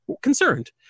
concerned